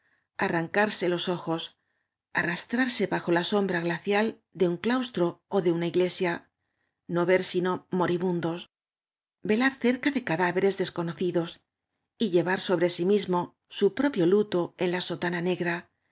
arrancarse los ojos arrastrarse beyo la sombra glacial de un claus tro ó de una iglesia no ver sino moribundos velar cerca de cadáveres desconocidos y llevar sobre sí mismo su propio luto en ja sotana ne